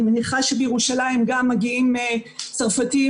אני מניחה שבירושלים גם מגיעים צרפתים